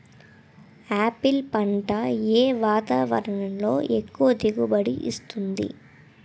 Apple పంట ఏ వాతావరణంలో ఎక్కువ దిగుబడి ఇస్తుంది?